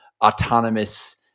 autonomous